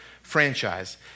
franchise